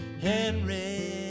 Henry